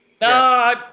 No